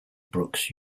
brookes